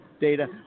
data